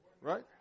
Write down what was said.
Right